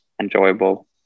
enjoyable